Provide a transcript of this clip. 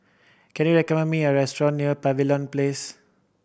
can you recommend me a restaurant near Pavilion Place